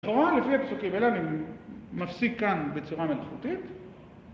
החורה לפי הפסוקים האלה מפסיק כאן בצורה מלאכותית